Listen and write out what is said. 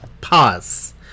Pause